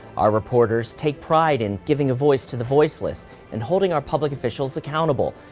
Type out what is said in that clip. our reporters take pride in giving a voice to the voiceless and holding our public officials accountable,